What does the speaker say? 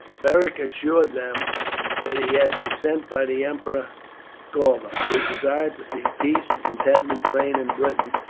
beric assured them that he had been sent by the emperor galba, who desired to see peace and contentment reign in britain,